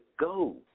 go